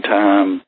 time